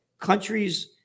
countries